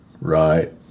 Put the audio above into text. Right